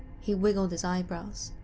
he wiggled his eyebrows,